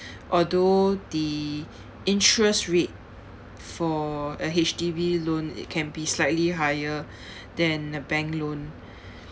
although the interest rate for a H_D_B loan it can be slightly higher than a bank loan